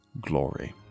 Glory